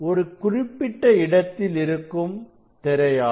ஒரு குறிப்பிட்ட இடத்தில் இருக்கும் திரையாகும்